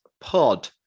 Pod